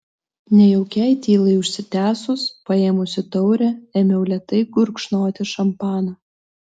nejaukiai tylai užsitęsus paėmusi taurę ėmiau lėtai gurkšnoti šampaną